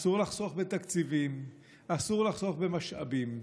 אסור לחסוך בתקציבים, אסור לחסוך במשאבים.